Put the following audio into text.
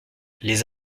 les